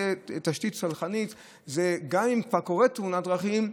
תשתית סלחנית, גם אם כבר קורית תאונת דרכים,